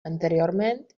anteriorment